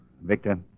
Victor